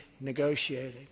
negotiating